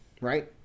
right